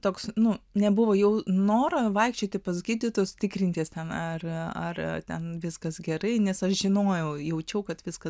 toks nu nebuvo jau noro vaikščioti pas gydytojus tikrintis ten ar ar ten viskas gerai nes aš žinojau jaučiau kad viskas